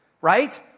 right